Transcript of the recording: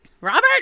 Robert